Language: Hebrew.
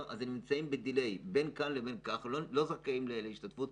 אז הם נמצאים בדילי ולא זכאים להשתתפות,